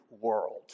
world